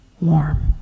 warm